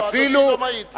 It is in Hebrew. לא, לא, לא, אדוני לא מעיד.